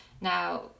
now